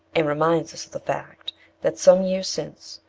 and reminds us of the fact that, some years since,